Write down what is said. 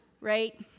right